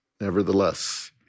nevertheless